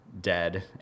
dead